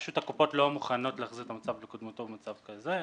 פשוט הקופות לא מוכנות להחזיר את המצב לקדמותו במצב כזה,